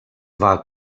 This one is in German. war